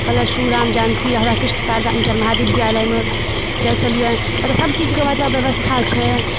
plus two Ram Janaki Radha Krishna Sharda inter महाविद्यालयमे जाइ छलिए ओतऽ सबचीजके मतलब बेबस्था छै